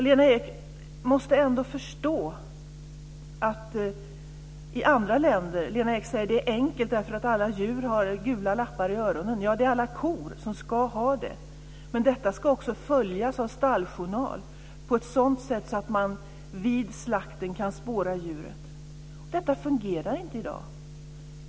Lena Ek säger att det är enkelt därför att djur har gula lappar i öronen. Det är så att alla kor ska ha det, men detta ska också följas av stalljournaler så att man kan spåra djuret vid slakten. Detta fungerar inte i dag.